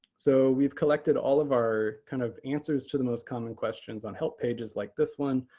so we've collected all of our kind of answers to the most common questions on help pages like this one.